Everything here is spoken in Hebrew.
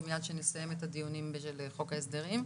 מיד כשנסיים את הדיונים בחוק ההסדרים.